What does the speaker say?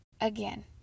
Again